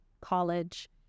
college